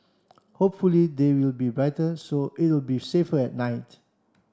hopefully they will be brighter so it'll be safer at night